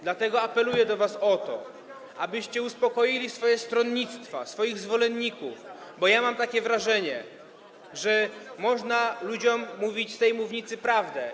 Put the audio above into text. Dlatego apeluję do was o to, abyście uspokoili swoje stronnictwa, swoich zwolenników, bo ja mam takie wrażenie, że można ludziom mówić z tej mównicy prawdę.